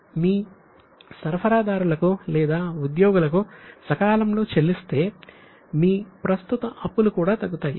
మీరు మీ సరఫరాదారులకు లేదా ఉద్యోగులకు సకాలంలో చెల్లిస్తే మీ ప్రస్తుత అప్పులు కూడా తగ్గుతాయి